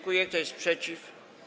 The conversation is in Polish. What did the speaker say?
Kto jest przeciw?